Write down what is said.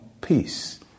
peace